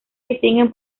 distinguen